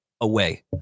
away